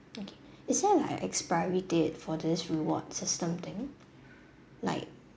okay is there like expiry date for this reward system thing like